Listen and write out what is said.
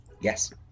Yes